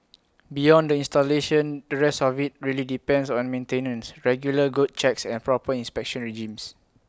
beyond the installation the rest of IT really depends on maintenance regular good checks and proper inspection regimes